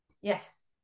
yes